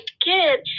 kid